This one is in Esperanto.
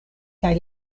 kaj